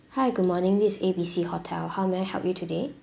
hi good morning this is A B C hotel how may I help you today